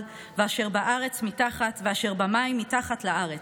ואשר בארץ מתחת ואשר במים מתחת לארץ.